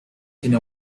tiene